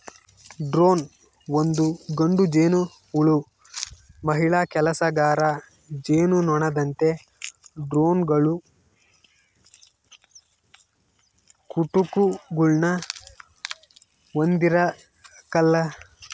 drone ಒಂದು ಗಂಡು ಜೇನುಹುಳು ಮಹಿಳಾ ಕೆಲಸಗಾರ ಜೇನುನೊಣದಂತೆ ಡ್ರೋನ್ಗಳು ಕುಟುಕುಗುಳ್ನ ಹೊಂದಿರಕಲ್ಲ